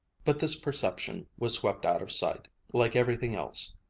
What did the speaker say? but this perception was swept out of sight, like everything else,